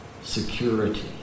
security